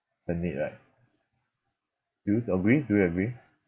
the need right do you agree do you agree